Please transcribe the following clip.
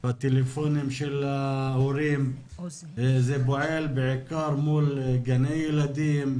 בטלפונים של ההורים, זה פועל בעיקר מול גני ילדים,